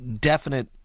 definite